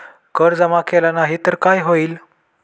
कर जमा केला नाही तर काय होईल?